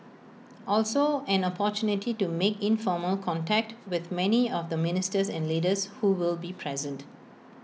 also an opportunity to make informal contact with many of the ministers and leaders who will be present